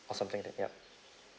or something like that yup